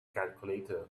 calculator